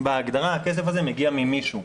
בהגדרה הכסף הזה מגיע ממישהו,